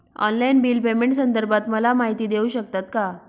Online bill पेमेंटसंदर्भात मला माहिती देऊ शकतात का?